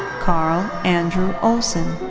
karl andrew olsen.